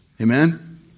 Amen